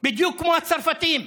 בדיוק כמו הצרפתים.